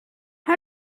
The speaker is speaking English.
how